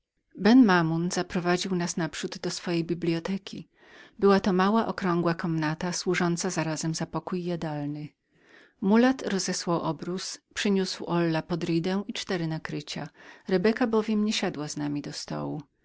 ben mamoun zaprowadził nas naprzód do swojej biblioteki była to mała sklepiona komnata służąca zarazem za pokój jadalny mulat rozesłał obrus przyniósł olla potridę i cztery nakrycia rebeka bowiem nie siadła z nami do stołu